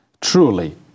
truly